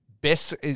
best